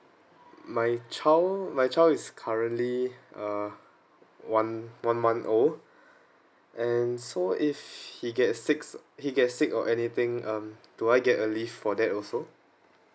my child my child is currently uh one one month old and so if he gets six he gets sick or anything um do I get a leave for that also